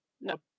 no